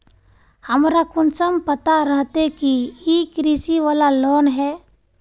हमरा कुंसम पता रहते की इ कृषि वाला लोन है?